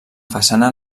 façana